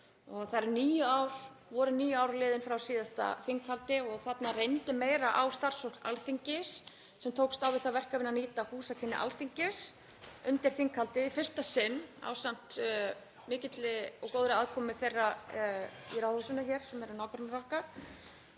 Það voru níu ár liðin frá síðasta þinghaldi og þarna reyndi meira á starfsfólk Alþingis sem tókst á við það verkefni að nýta húsakynni Alþingis undir þinghaldið í fyrsta sinn ásamt mikilli og góðri aðkomu nágranna okkar